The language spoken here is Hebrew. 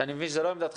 שאני מבין שזו לא עמדתך,